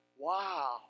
Wow